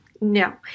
no